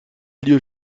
lieu